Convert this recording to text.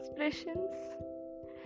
expressions